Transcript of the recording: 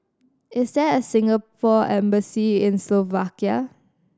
is there a Singapore Embassy in Slovakia